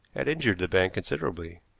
had injured the bank considerably.